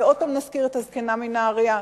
ועוד פעם נזכיר את הזקנה מנהרייה.